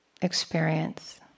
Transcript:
experience